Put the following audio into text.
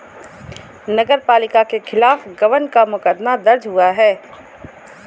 नगर पालिका के खिलाफ गबन का मुकदमा दर्ज हुआ है